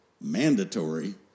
mandatory